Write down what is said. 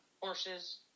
horses